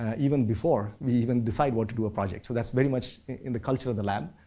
even before we even decide what to do a project. so, that's very much in the culture of the lab.